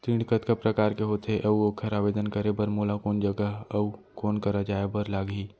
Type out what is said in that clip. ऋण कतका प्रकार के होथे अऊ ओखर आवेदन करे बर मोला कोन जगह अऊ कोन करा जाए बर लागही?